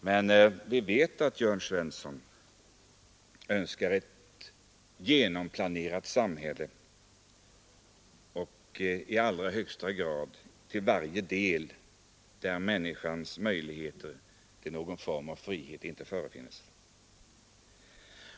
Men vi vet att herr Jörn Svensson önskar ett genomplanerat samhälle — ett samhälle där människornas möjligheter till någon form av frihet i allra högsta grad är beskurna.